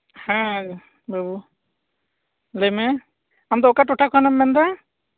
ᱦᱮᱸ ᱵᱟᱹᱵᱩ ᱞᱟᱹᱭᱢᱮ ᱟᱢᱫᱚ ᱚᱠᱟ ᱴᱚᱴᱷᱟ ᱠᱷᱚᱱᱮᱢ ᱢᱮᱱᱫᱟ